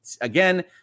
Again